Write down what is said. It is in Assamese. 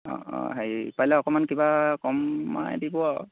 অঁ অঁ হেৰি পাৰিলে অকণমান কিবা কমাই দিব আৰু